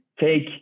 take